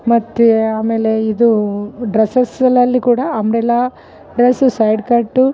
ಮತ್ತು ಆಮೇಲೆ ಇದು ಡ್ರೆಸ್ಸಸ್ಲ್ಲಿ ಅಲ್ಲಿ ಕೂಡ ಅಂಬ್ರೆಲ್ಲಾ ಡ್ರೆಸ್ ಸೈಡ್ ಕಟ್ಟು